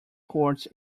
courts